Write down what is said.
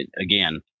again